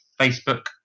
Facebook